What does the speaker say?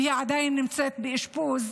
והיא עדיין נמצא באשפוז,